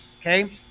okay